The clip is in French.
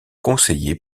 conseiller